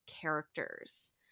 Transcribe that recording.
characters